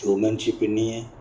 showmanship इन्नी ऐं